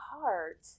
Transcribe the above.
heart